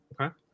Okay